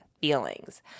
feelings